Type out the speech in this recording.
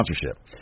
sponsorship